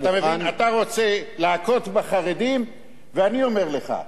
אתה מבין, אתה רוצה להכות בחרדים, ואני אומר לך: